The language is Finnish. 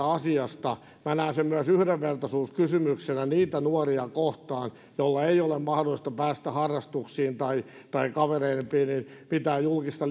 asiasta minä näen sen myös yhdenvertaisuuskysymyksenä niitä nuoria kohtaan joilla ei ole mahdollisuutta päästä harrastuksiin tai tai kavereiden piiriin joiden pitää julkista